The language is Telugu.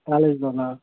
కాలేజీలోనా